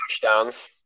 touchdowns